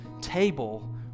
table